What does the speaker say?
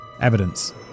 Evidence